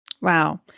Wow